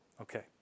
Okay